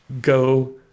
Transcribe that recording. go